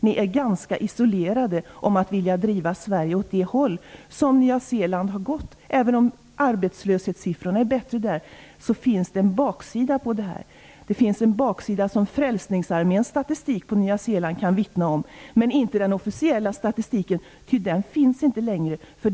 Ni är ganska isolerade i er vilja att driva Sverige åt det håll som Nya Zeeland har gått. Även om arbetslöshetssiffrorna är bättre där finns det en baksida på detta. Det finns en baksida som Frälsningsarméns statistik på Nya Zeeland kan vittna om men inte den officiella statistiken eftersom den inte finns längre.